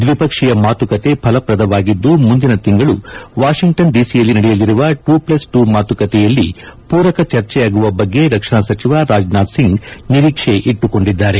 ದ್ವಿಪಕ್ಷೀಯ ಮಾತುಕತೆ ಫಲಪ್ರದವಾಗಿದ್ದು ಮುಂದಿನ ತಿಂಗಳು ವಾಷಿಂಗ್ರನ್ ಡಿಸಿಯಲ್ಲಿ ನಡೆಯಲಿರುವ ಟು ಪ್ಷಸ್ ಟು ಮಾತುಕತೆಯಲ್ಲಿ ಪೂರಕ ಚರ್ಚೆಯಾಗುವ ಬಗ್ಗೆ ರಕ್ಷಣಾ ಸಚಿವ ರಾಜನಾಥ್ ಸಿಂಗ್ ನಿರೀಕ್ಷೆಯಿಟ್ಟುಕೊಂಡಿದ್ದಾರೆ